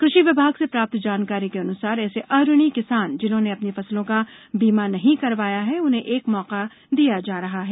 कृषि विभाग से प्राप्त जानकरी के अनुसार ऐसे अऋणी किसान जिन्होंने अपनी फसलों का बीमा नहीं करवाया है उन्हें एक मौका दिया जा रहा है